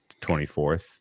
24th